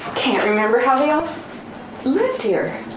can't remember how they all lived here.